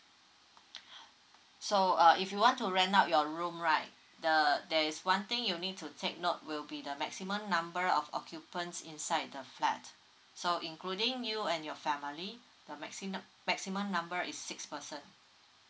so uh if you want to rent out your room right the there is one thing you need to take note will be the maximum number of occupants inside the flat so including you and your family the maximum maximum number is six person